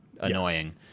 annoying